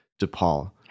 DePaul